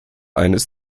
eines